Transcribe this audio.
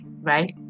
right